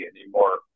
anymore